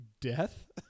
death